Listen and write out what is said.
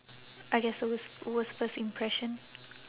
I guess worst worst first impression